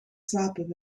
slapen